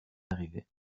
arrivé